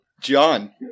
John